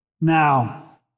Now